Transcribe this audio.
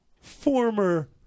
former